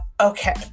okay